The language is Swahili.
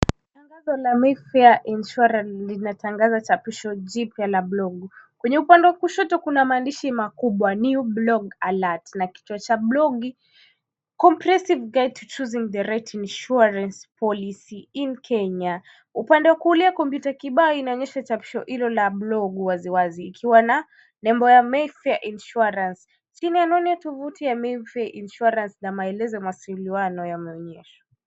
Kampuni ya Mayfair insurance linatangaza chapisha jipya ya blogu Kuna maandishi makubwa ya New blog alert ,na kichwa cha blogu, Compressive guide to choosing the right insurance policy in Kenya Upande wa kulia, kompyuta kibao inaonyesha chapisho hilo la blogu waziwazi. Ikiwa na nembo ya Mayfair Insurance. Kinyanoni ya tovuti ya Mexia Insurance na maelezo mawasiliano mengine.